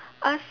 us